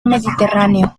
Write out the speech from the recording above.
mediterráneo